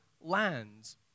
lands